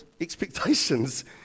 expectations